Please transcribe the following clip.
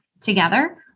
Together